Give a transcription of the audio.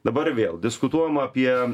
dabar vėl diskutuojam apie